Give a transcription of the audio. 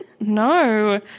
No